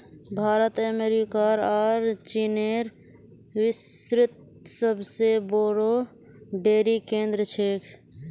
भारत अमेरिकार आर चीनेर विश्वत सबसे बोरो डेरी केंद्र छेक